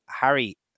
Harry